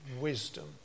wisdom